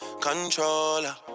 controller